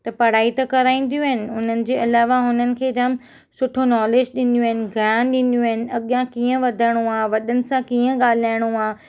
त पढ़ाई त कराईंदियूं आहिनि उन्हनि जे अलावा हुननि खे जाम सुठो नॉलेज ॾींदियूं आहिनि ज्ञान ॾींदियूं आहिनि अॻियां कीअं वधणो आहे वॾनि सां कीअं ॻाल्हाइणो आहे